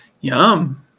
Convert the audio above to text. yum